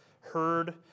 heard